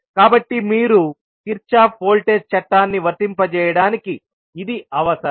కాబట్టి మీరు Kirchhoff voltage చట్టాన్ని వర్తింపజేయడానికి ఇది అవసరం